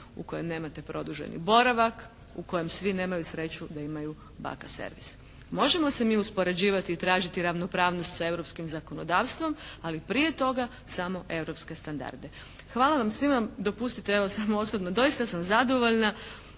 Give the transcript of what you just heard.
u kojim nemate produženi boravak, u kojem svi nemaju sreću da imaju baka servis. Možemo se mi uspoređivati i tražiti ravnopravnost s europskim zakonodavstvom ali prije toga samo europske standarde. Hvala vam svima. Dopustite evo, samo osobno doista sam zadovoljna